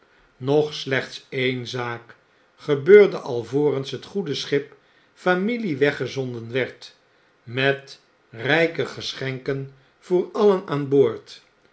nog slechts een zaak gebeurde alvorens het goede schip jfamilie weggezonden werd met rjjke geschenken voor alien aan boord